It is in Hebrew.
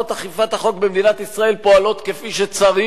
אני מפריע לו אבל הוא עושה סלקציה,